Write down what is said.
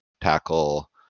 tackle